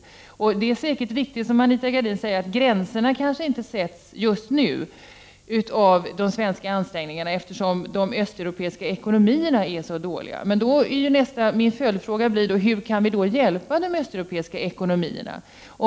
SETS ENE Es Det är säkert riktigt, som Anita Gradin säger, att gränserna för de svenska ansträngningarna inte sätts just nu, eftersom de östeuropeiska ekonomierna är så dåliga. Min följdfråga blir då: Hur kan vi hjälpa de östeuropeiska ekonomierna?